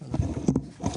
הבוקר.